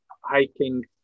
hiking